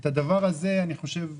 את הדבר הזה, אני חושב,